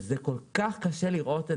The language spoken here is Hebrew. זה כל כך קשה לראות את זה.